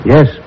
Yes